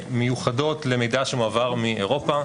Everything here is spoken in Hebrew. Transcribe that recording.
מיוחדות למידע שמועבר מאירופה,